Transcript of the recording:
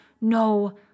no